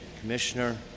Commissioner